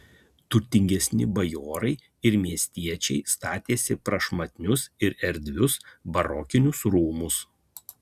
turtingesni bajorai ir miestiečiai statėsi prašmatnius ir erdvius barokinius rūmus